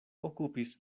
okupis